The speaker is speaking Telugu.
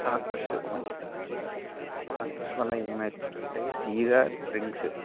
ట్రాక్టర్స్ వచ్చినియి ట్రాక్టర్స్ వల్ల ఏమైతుంది అంటే సీదా రింగ్స్